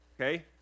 Okay